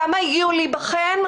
כמה הגיעו להיבחן?